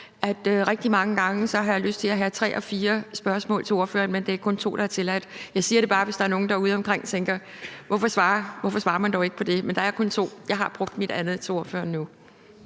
rigtig mange gange har jeg lyst til at have tre og fire spørgsmål til ordføreren, men det er kun to, der er tilladt. Jeg siger det bare, hvis der er nogen derudeomkring tænker: Hvorfor svarer man dog ikke på det? Men der er kun to. Jeg har brugt mit andet til ordføreren nu.